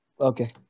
Okay